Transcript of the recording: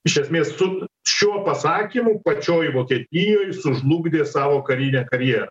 iš esmės su šiuo pasakymu pačioj vokietijoj sužlugdė savo karinę karjerą